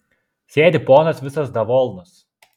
sėdi ponas visas davolnas